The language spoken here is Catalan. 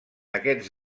aquests